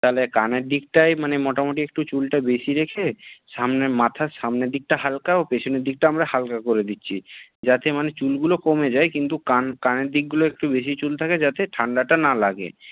তাহলে কানের দিকটায় মানে মোটামুটি একটু চুলটা বেশি রেখে সামনে মাথার সামনের দিকটা হালকা ও পেছনের দিকটা আমরা হালকা করে দিচ্ছি যাতে মানে চুলগুলো কমে যায় কিন্তু কান কানের দিকগুলো একটু বেশি চুল থাকে যাতে ঠান্ডাটা না লাগে